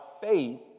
faith